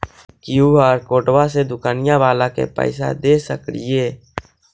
QR कोडबा से दुकनिया बाला के पैसा दे सक्रिय?